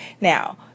Now